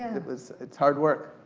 and it was, it's hard work,